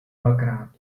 dvakrát